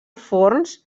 forns